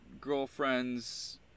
girlfriends